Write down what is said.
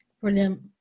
brilliant